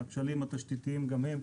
הכשלים התשתיתיים גם הם,